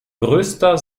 größter